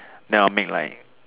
then I would make like